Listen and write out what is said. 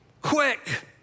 quick